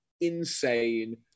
insane